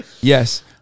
yes